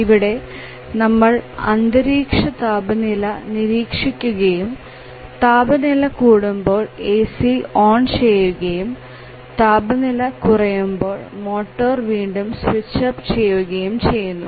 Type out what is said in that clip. ഇവിടെ നമ്മൾ അന്തരീക്ഷതാപനില നിരീക്ഷിക്കുകയും താപനില കൂടുമ്പോൾ AC ഓൺ ചെയ്യുകയും താപനില കുറയുമ്പോൾ മോട്ടർ വീണ്ടും സ്വിച്ച് അപ്പ് ചെയ്യുകയും ചെയ്യുന്നു